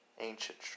ancient